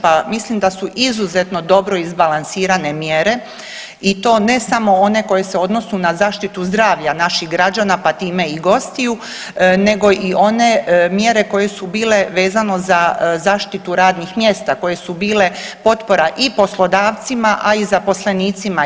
Pa mislim da su izuzetno dobro izbalansirane mjere i to ne samo one koje se odnose na zaštitu zdravlja naših građana pa time i gostiju, nego i one mjere koje su bile vezano za zaštitu radnih mjesta koje su bile potpora i poslodavcima, a i zaposlenicima.